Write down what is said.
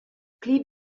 pli